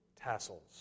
tassels